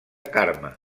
carme